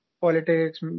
Politics